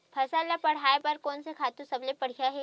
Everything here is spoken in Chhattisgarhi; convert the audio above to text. फसल ला बढ़ाए बर कोन से खातु सबले बढ़िया हे?